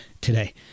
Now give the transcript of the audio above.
today